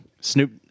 Snoop